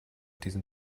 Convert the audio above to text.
diesen